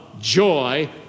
joy